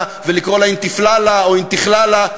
ולקרוא לה "אינתיפללה" או "אינתיכללה".